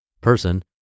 Person